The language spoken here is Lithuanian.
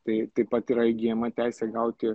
tai taip pat yra įgyjama teisė gauti